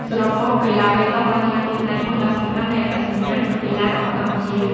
សរុបមក កីឡាប៉េតង់បានក្លាយជាផ្នែកមួយដ៏សំខាន់នៃអត្តសញ្ញាណកីឡារបស់កម្ពុជា។